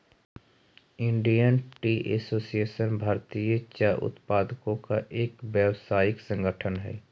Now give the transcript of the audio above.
Indian tea association भारतीय चाय उत्पादकों का एक व्यावसायिक संगठन हई